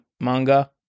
manga